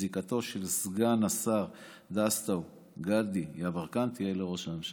זיקתו של סגן השר דסטה גדי יברקן תהיה לראש הממשלה,